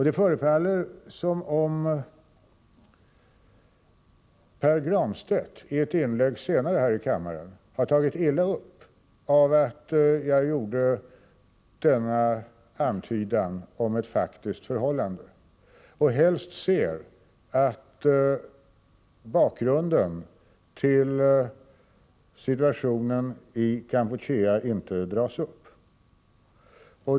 Det förefaller som om Pär Granstedt i ett inlägg senare här i kammaren har tagit illa upp att jag gjorde denna antydan om ett faktiskt förhållande och helst ser att bakgrunden till situationen i Kampuchea inte dras upp.